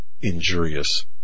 injurious